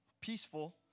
peaceful